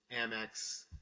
Amex